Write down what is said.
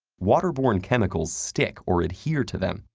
water-born chemicals stick, or adhere, to them,